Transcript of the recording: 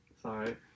Sorry